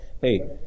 Hey